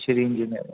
civil engineering